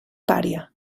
pària